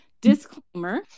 Disclaimer